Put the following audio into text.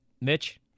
Mitch